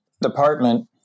department